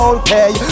okay